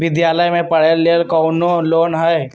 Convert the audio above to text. विद्यालय में पढ़े लेल कौनो लोन हई?